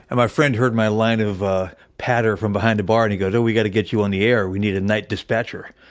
and my friend heard my line of ah patter from behind the bar, and he goes, oh, we got to get you on the air. we need a night dispatcher.